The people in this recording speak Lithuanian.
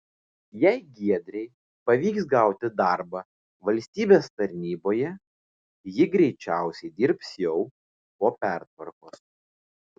jei giedrei pavyks gauti darbą valstybės tarnyboje ji greičiausiai dirbs jau po pertvarkos